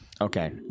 Okay